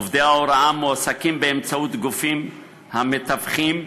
עובדי ההוראה המועסקים באמצעות גופים המתווכים,